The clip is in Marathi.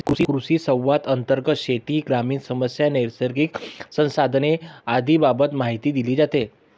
कृषिसंवादांतर्गत शेती, ग्रामीण समस्या, नैसर्गिक संसाधने आदींबाबत माहिती दिली जाते